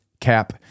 cap